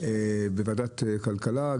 בוועדת כלכלה.